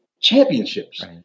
championships